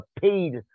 paid